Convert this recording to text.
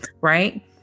right